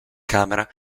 camera